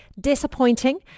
disappointing